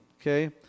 okay